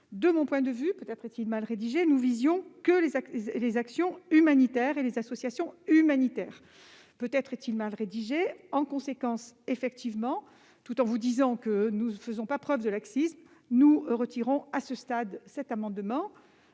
de mon point de vue, nous ne visions que les actions humanitaires et les associations humanitaires. Peut-être est-il mal rédigé ; en conséquence, et à ce stade, tout en vous disant que nous ne faisons pas preuve de laxisme, nous allons retirer cet amendement.